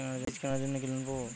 Fridge কেনার জন্য কি লোন পাব?